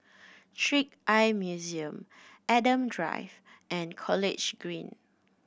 Trick Eye Museum Adam Drive and College Green